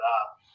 up